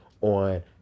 on